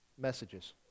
messages